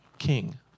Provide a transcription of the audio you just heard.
king